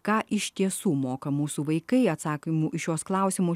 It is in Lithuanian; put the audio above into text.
ką iš tiesų moka mūsų vaikai atsakymų į šiuos klausimus